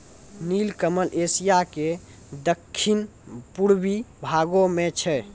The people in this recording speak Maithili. नीलकमल एशिया के दक्खिन पूर्वी भागो मे छै